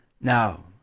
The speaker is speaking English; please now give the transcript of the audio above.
now